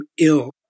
ill